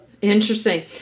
Interesting